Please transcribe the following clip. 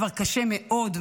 כבר קשה מאוד,